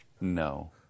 no